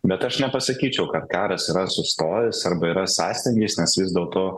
bet aš nepasakyčiau kad karas yra sustojęs arba yra sąstingis nes vis dėlto